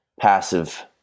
passive